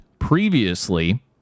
previously